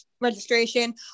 registration